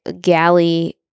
galley